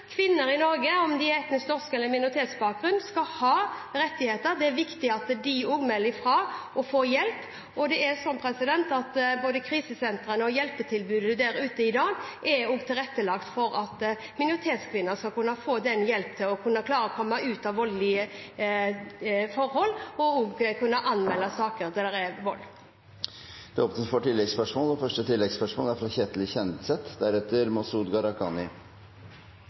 er viktig at de også melder fra og får hjelp. Både krisesentrene og hjelpetilbudet der ute er i dag også tilrettelagt for at minoritetskvinner skal kunne få hjelp til å klare å komme ut av voldelige forhold og også kunne anmelde saker der det er vold. Det åpnes for oppfølgingsspørsmål – først Ketil Kjenseth. Mitt spørsmål går til integreringsminister Sylvi Listhaug – vi bringer alle de sterke, kvinnelige ministrene som er